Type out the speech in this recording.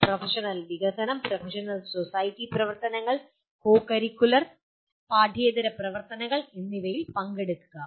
professional വികസനം professional society പ്രവർത്തനങ്ങൾ co curricular പാഠ്യേതര പ്രവർത്തനങ്ങൾ എന്നിവയിൽ പങ്കെടുക്കുക